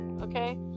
Okay